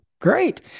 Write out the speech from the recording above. Great